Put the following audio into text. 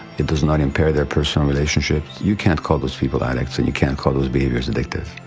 it does not impair their personal relationships you can't call those people addicts, and you can't call those behaviors addictive.